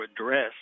address